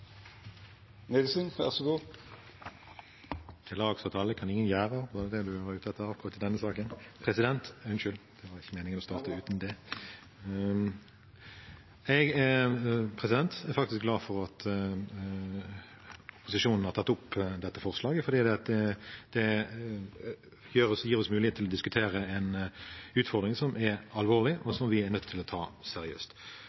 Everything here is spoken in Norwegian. kan ingen gjera» – var det det presidenten var ute etter i akkurat denne saken? Jeg er faktisk glad for at opposisjonen har tatt opp dette forslaget, for det gir oss mulighet til å diskutere en utfordring som er alvorlig, og